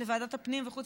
פעם תקופות פחות